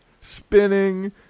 spinning